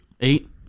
Eight